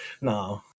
no